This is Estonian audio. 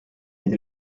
neid